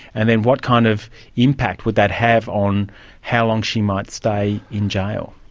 and then what kind of impact would that have on how long she might stay in jail?